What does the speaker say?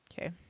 Okay